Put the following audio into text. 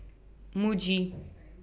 Muji